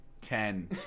ten